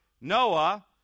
Noah